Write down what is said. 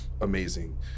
amazing